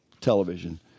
television